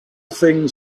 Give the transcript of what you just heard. things